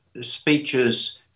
speeches